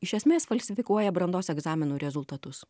iš esmės falsifikuoja brandos egzaminų rezultatus